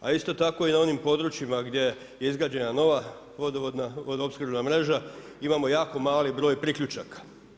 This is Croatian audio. A isto tako i na onim područjima gdje je izgrađena nova vodovodna vodoopskrbna mreža imamo jako mali broj priključaka.